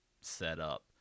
setup